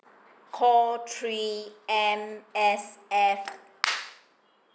call three M_S_F